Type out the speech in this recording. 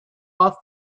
all